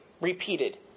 repeated